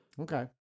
Okay